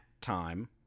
time